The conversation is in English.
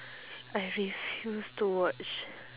I refuse to watch